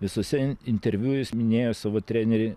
visuose interviu jis minėjo savo trenerį